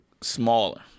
smaller